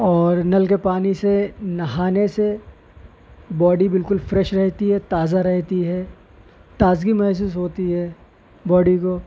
اور نل کے پانی سے نہانے سے باڈی بالکل فریش رہتی ہے تازہ رہتی ہے تازگی محسوس ہوتی ہے باڈی کو